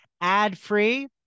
ad-free